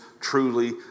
truly